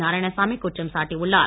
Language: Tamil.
நாராயணசாமி குற்றம் சாட்டியுள்ளார்